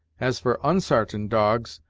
as for unsartain dogs,